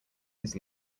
his